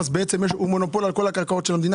הוא מונופול על כל הקרקעות של המדינה,